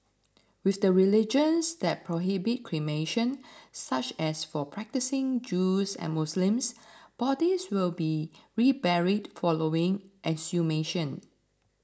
with the religions that prohibit cremation such as for practising Jews and Muslims bodies will be reburied following exhumation